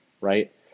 right